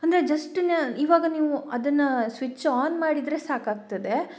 ಅಂದರೆ ಜಸ್ಟ್ ಇವಾಗ ನೀವು ಅದನ್ನು ಸ್ವಿಚ್ ಆನ್ ಮಾಡಿದರೆ ಸಾಕಾಗ್ತದೆ